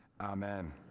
Amen